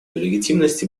легитимности